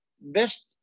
best